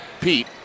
Pete